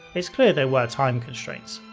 it's clear there were time constraints.